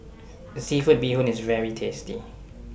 Seafood Bee Hoon IS very tasty